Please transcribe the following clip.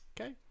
okay